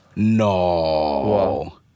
No